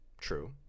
True